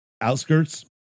outskirts